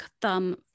thumb